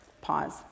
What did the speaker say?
pause